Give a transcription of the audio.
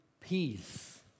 peace